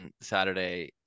Saturday